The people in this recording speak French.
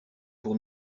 pour